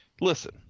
Listen